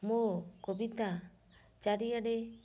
ମୋ କବିତା ଚାରିଆଡ଼େ